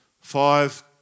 five